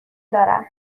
دارم